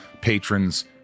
patrons